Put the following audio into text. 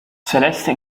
celeste